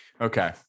Okay